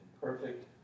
perfect